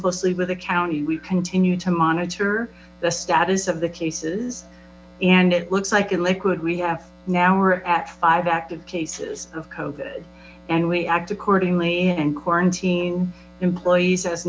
closely with the county we continue to monitor the status of the cases and it looks like in lakewood we have now we're at five active cases of coded and we act accordingly and quarantine employees as